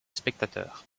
spectateurs